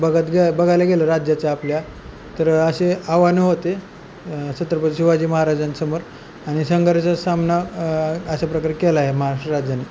बघत ग्या बघायला गेलं राज्याच्या आपल्या तर असे आव्हानं होते छत्रपती शिवाजी महाराजांसमोर आणि संघर्ष सामना अशा प्रकारे केला आहे महाराष्ट्र राज्याने